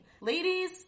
ladies